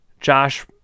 Josh